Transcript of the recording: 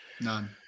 None